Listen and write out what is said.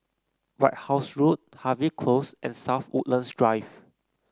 White House Road Harvey Close and South Woodlands Drive